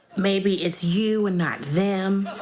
maybe it's you and not them.